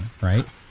right